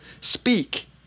speak